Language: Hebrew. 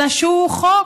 אלא שהוא חוק,